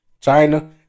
China